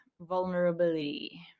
vulnerability